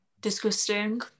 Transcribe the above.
disgusting